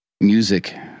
music